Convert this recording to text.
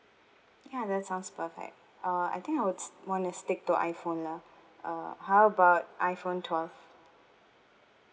ya that sounds perfect uh I think I would wanna stick to iphone lah uh how about iphone twelve